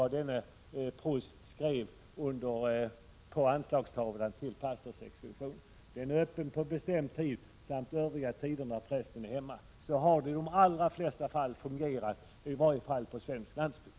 De är dels öppna på en fastställd tid, dels på övriga tider då prästen är hemma. Så har det fungerat i de allra flesta fall, i varje fall på svensk landsbygd.